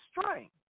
strength